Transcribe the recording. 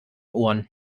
ohren